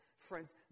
Friends